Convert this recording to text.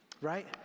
right